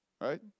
right